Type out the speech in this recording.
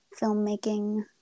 filmmaking